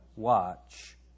Watch